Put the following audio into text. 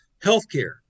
Healthcare